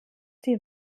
sie